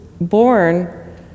born